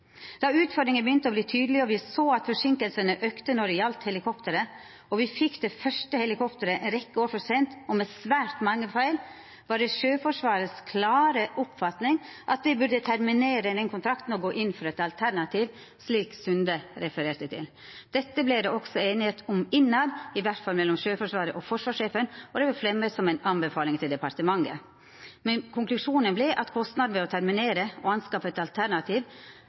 Da utfordringene begynte å bli tydelige og vi så at forsinkelsene økte når det gjaldt helikopteret, og vi fikk det første helikopteret en rekke år for sent og med svært mange feil, var det Sjøforsvarets klare oppfatning at vi burde terminere den kontrakten og gå inn for et alternativ, slik Sunde refererte til. Dette ble det også enighet om innad, i hvert fall mellom Sjøforsvaret og forsvarssjefen, og det ble fremmet som en anbefaling til departementet. Men konklusjonen ble at kostnadene ved å terminere og å anskaffe et alternativ